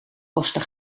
kosten